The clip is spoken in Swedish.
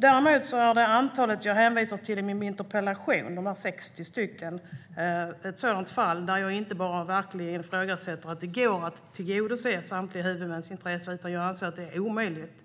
Däremot är antalet uppdrag som jag hänvisar till i min interpellation - 60 stycken - ett sådant exempel där jag inte bara ifrågasätter att det går att tillgodose samtliga huvudmäns intresse, utan jag anser att det är omöjligt,